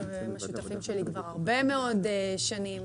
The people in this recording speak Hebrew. שהם השותפים שלי כבר הרבה מאוד שנים,